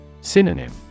Synonym